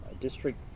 district